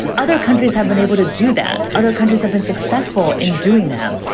other countries have been able to do that. other countries have been successful in doing them.